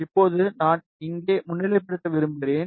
இப்போது நான் இங்கே முன்னிலைப்படுத்த விரும்புகிறேன்